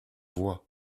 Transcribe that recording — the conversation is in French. voix